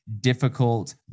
difficult